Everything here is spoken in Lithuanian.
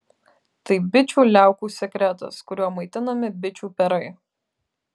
tai bičių liaukų sekretas kuriuo maitinami bičių perai